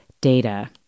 data